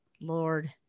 Lord